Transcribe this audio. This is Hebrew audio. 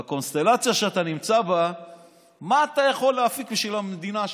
בקונסטלציה שאתה נמצא בה מה אתה יכול להפיק בשביל המדינה שלך.